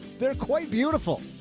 they're quite beautiful.